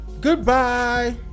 Goodbye